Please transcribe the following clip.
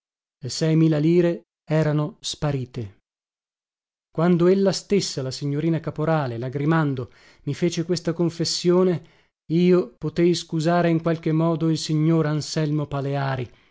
mila lire erano sparite quando ella stessa la signorina caporale lagrimando mi fece questa confessione io potei scusare in qualche modo il signor anselmo paleari